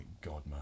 godmother